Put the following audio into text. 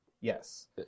Yes